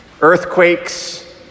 earthquakes